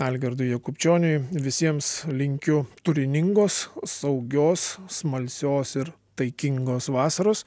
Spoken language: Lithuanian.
algirdui jakubčioniui visiems linkiu turiningos saugios smalsios ir taikingos vasaros